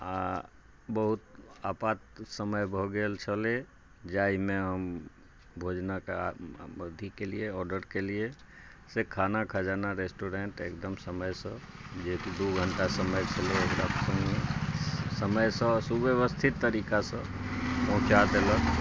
आ बहुत आपात समय भऽ गेल छलै जाहिमे हम भोजनक अथी केलियै आर्डर केलियै से खाना खजाना रेस्टुरेंट एकदम समयसँ जे एक दू घण्टा समय छलै ओकरा समयसँ आ सुव्यवस्थित तरीकासँ पहुँचा देलक